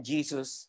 Jesus